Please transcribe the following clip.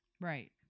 Right